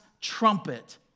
trumpet